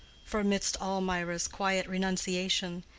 for amidst all mirah's quiet renunciation,